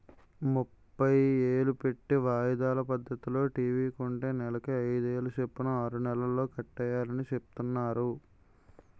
ముప్పై ఏలు పెట్టి వాయిదాల పద్దతిలో టీ.వి కొంటే నెలకి అయిదేలు సొప్పున ఆరు నెలల్లో కట్టియాలని సెప్తున్నారు